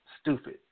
stupid